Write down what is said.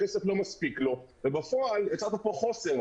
הכסף לא מספיק לו ובפועל יצרת פה חוסר,